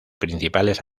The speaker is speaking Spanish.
principales